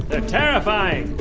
they're terrifying.